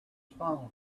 phone